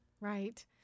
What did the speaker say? Right